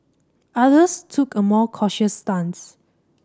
others took a more cautious stance